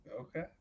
Okay